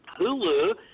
Hulu